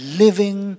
living